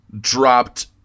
dropped